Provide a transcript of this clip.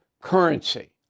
currency